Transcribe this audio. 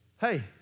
Hey